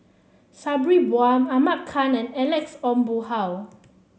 Sabri Buang Ahmad Khan and Alex Ong Boon Hau